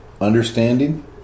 understanding